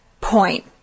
point